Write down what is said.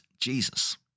Jesus